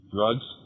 Drugs